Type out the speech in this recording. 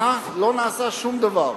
שנה לא נעשה שום דבר,